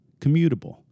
commutable